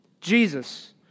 Jesus